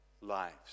lives